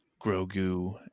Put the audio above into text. Grogu